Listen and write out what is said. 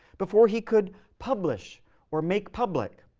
before he could publish or make public